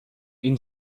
این